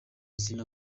izina